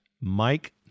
Mike